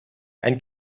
and